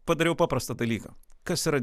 padariau paprastą dalyką kas yra